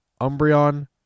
umbreon